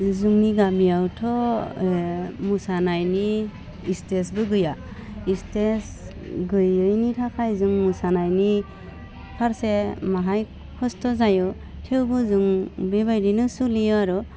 जोंनि गामियावथ' मोसानायनि इस्टेसबो गैया इस्टेस गैयैनि थाखाय जों मोसानायनि फारसे माहाय खस्थ' जायो थेवबो जों बेबायदिनो सोलियो आरो